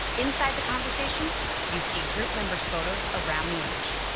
inside the conversation you see group members' photos around the image.